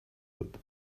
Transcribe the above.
dut